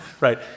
Right